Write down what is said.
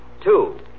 Two